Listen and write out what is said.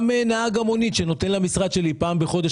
גם נהג המונית שנותן למשרד שלי פעם בחודש